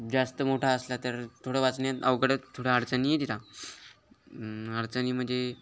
जास्त मोठा असला तर थोडं वाचण्यात अवघड थोडं अडचणी येदिला अडचणी म्हणजे